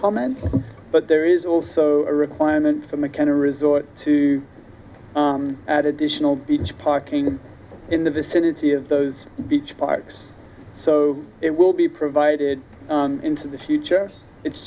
comment but there is also a requirement for mckenna resort to add additional beach parking in the vicinity of those beach parks so it will be provided into the future it's